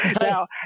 Now